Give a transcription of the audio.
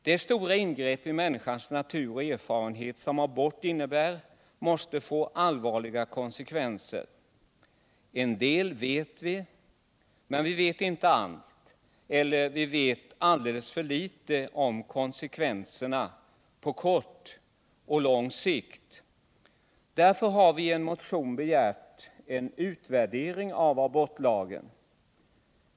Det stora ingrepp i människans natur och erfarenhet som abort innebär måste få allvarliga konsekvenser. En del vet vi, men vi vet inte allt. Vi vet alldeles klart för litet om konsekvenserna på kort och på lång sikt. Därför har vi i en motion begärt en utvärdering av abortlagen.